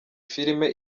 filime